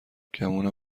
گمونم